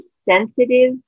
sensitive